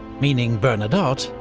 meaning bernadotte.